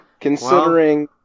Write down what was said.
considering